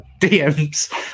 DMs